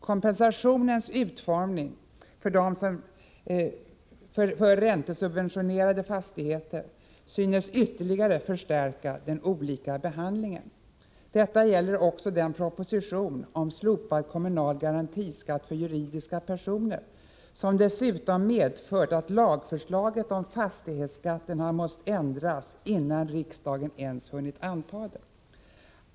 Kompensationens utformning för räntesubventionerade fastigheter synes ytterligare förstärka den olika behandlingen. Detta gäller även den proposition om slopad kommunal garantiskatt för juridiska personer som dessutom medfört att lagförslaget om fastighetsskatten har måst ändras, innan riksdagen ens hunnit anta det.